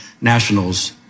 nationals